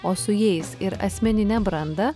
o su jais ir asmeninę brandą